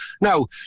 Now